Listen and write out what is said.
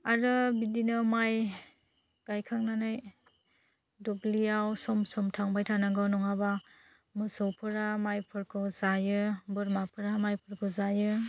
आरो बिदिनो माय गायखांनानै दुब्लियाव सम सम थांबाय थानांगौ नङाबा मोसौफोरा मायफोरखौ जायो बोरमाफ्रा मायफोरखौ जायो